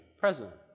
president